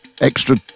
extra